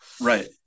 Right